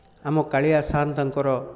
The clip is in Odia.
ଆମ କାଳିଆ ସାଆନ୍ତଙ୍କର